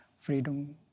freedom